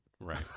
right